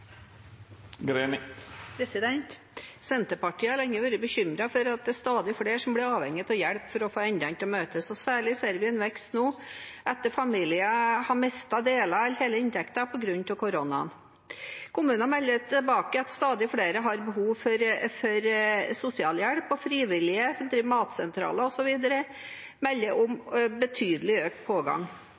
mye. Senterpartiet har lenge vært bekymret for at det er stadig flere som blir avhengig av hjelp for å få endene til å møtes. Særlig ser vi en vekst nå etter at familier har mistet deler av eller hele inntekter på grunn av koronaen. Kommuner melder tilbake at stadig flere har behov for sosialhjelp, og frivillige som driver matsentraler osv., melder om betydelig økt pågang.